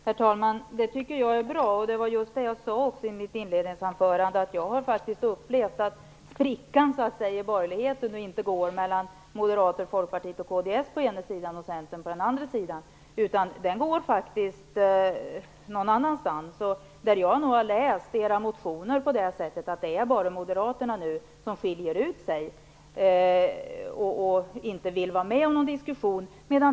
Herr talman! Det tycker jag är bra. Jag sade också i mitt inledningsanförande att jag har upplevt att sprickan i borgerligheten inte går mellan å ena sidan Centern. Den går någon annanstans. Jag har läst era motioner och kommit fram till att det nu bara är Moderaterna som skiljer ut sig och inte vill vara med om någon diskussion.